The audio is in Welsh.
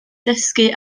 dysgu